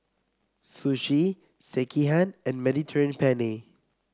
Sushi Sekihan and Mediterranean Penne